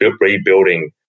rebuilding